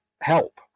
help